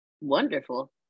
Wonderful